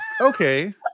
Okay